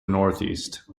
northeast